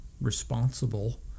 responsible